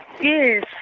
Yes